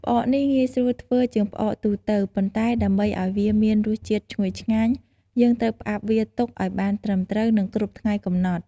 ផ្អកនេះងាយស្រួលធ្វើជាងផ្អកទូទៅ ប៉ុន្តែ ដើម្បីឱ្យវាមានរសជាតិឈ្ងុយឆ្ងាញ់ យើងត្រូវផ្អាប់វាទុកឱ្យបានត្រឹមត្រូវ និងគ្រប់ថ្ងៃកំណត់។